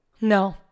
No